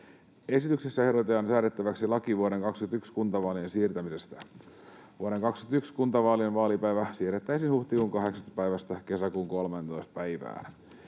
Esityksessä ehdotetaan säädettäväksi laki vuoden 21 kuntavaalien siirtämisestä. Vuoden 21 kuntavaalien vaalipäivä siirrettäisiin huhtikuun 18. päivästä kesäkuun 13. päivään.